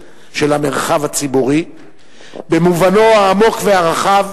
של המרחב הציבורי במובנו העמוק והרחב,